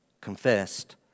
confessed